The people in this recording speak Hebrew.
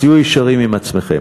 אז תהיו ישרים עם עצמכם.